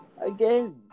again